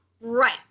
Right